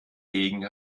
gegen